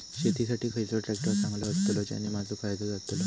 शेती साठी खयचो ट्रॅक्टर चांगलो अस्तलो ज्याने माजो फायदो जातलो?